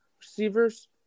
receivers